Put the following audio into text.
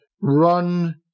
run